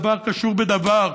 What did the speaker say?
דבר קשור בדבר: